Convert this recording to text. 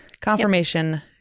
Confirmation